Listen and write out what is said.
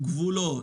גבולות,